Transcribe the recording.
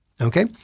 okay